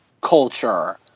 culture –